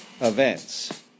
events